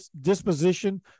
disposition